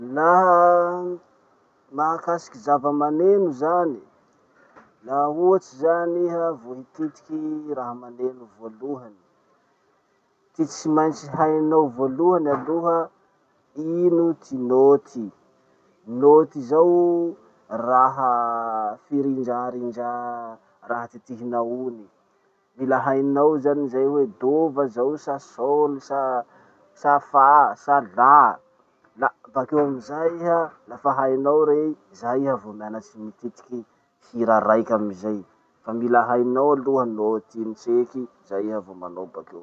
Laha mahakasiky zavamaneno zany. Laha ohatsy zany iha vo hikitiky raha maneno voalohany. Ty tsy maintsy hainao voalohany aloha, ino ty nôty. Nôty zao, raha firindrarindrà raha kitihinao iny. Mila hainao zany zay hoe Dô va zao sa Sôl sa sa Fa sa La. La bakeo amizay iha lafa hainao rey, zay iha vo mianatsy mikitiky hira raiky amizay. Fa mila hainao aloha nôty iny tseky zay iha vo manao bakeo.